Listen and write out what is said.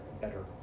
better